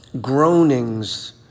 groanings